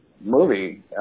movie